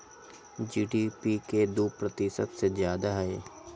GDP के दु प्रतिशत से जादा हई